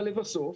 אבל לבסוף,